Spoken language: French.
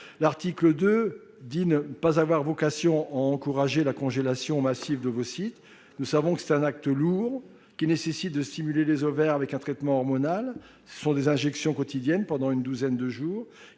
l'article 2, il ne s'agit pas d'encourager la congélation massive d'ovocytes. Nous le savons, c'est un acte lourd, qui nécessite de stimuler les ovaires avec un traitement hormonal, par le biais d'injections quotidiennes pendant une douzaine de jours.